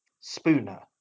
Spooner